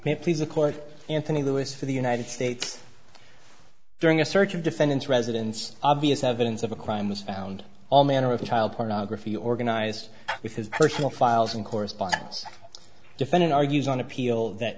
a court anthony lewis for the united states during a search of defendant's residence obvious evidence of a crime was found all manner of child pornography organized with his personal files and correspondence defendant argues on appeal that